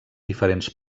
diferents